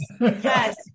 Yes